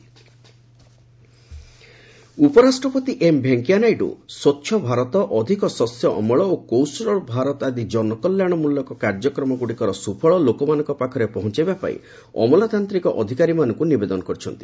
VP ଉପରାଷ୍ଟ୍ରପତି M Venkaiah Naidu Swachh Bharat ଅଧିକ ଶସ୍ୟ ଅମଳ ଓ କୌଶଳ ଭାରତ ଆଦି ଜନକଲ୍ୟାଣ ମୂଳକ କାର୍ଯ୍ୟକ୍ରମଗୁଡ଼ିକର ସୁଫଳ ଲୋକମାନଙ୍କ ପାଖରେ ପହଞ୍ଚାଇବା ପାଇଁ ଅମଲାତାନ୍ତିକ ଅଧିକାରୀମାନଙ୍କୁ ନିବେଦନ କରିଛନ୍ତି